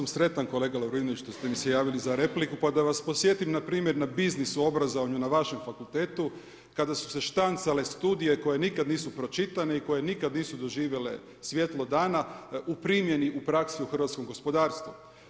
baš sam sretan kolega Lovrinović jer ste mi se javili za repliku, pa da vas podsjetim npr. na biznis u obrazovanju na vašem fakultetu kada su se štancale studije koje nikad nisu pročitane i koje nikad nisu doživjele svjetlo dana u primjeni i praksi u hrvatskom gospodarstvu.